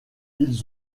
ils